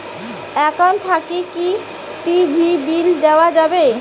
Account থাকি কি TV bill দেওয়া যাবে?